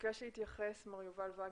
ביקש להתייחס מר יובל וגנר,